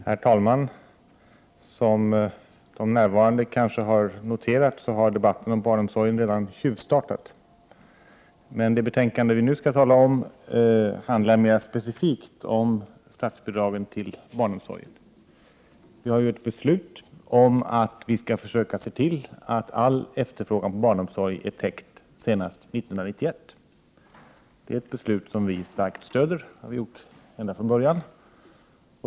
Herr talman! Som de närvarande kanske noterat har debatten om barnomsorgen redan tjuvstartat. Men det betänkande vi nu skall tala om handlar mer specifikt om statsbidragen till barnomsorgen. Vi har ett beslut om att vi skall försöka se till att all efterfrågan på barnomsorg är täckt senast 1991. Det är ett beslut som vi kraftigt stöder — det har vi gjort ända från början.